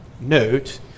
note